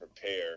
prepare